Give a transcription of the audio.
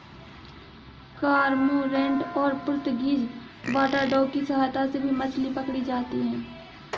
cormorant और Portuguese water dog की सहायता से भी मछली पकड़ी जाती है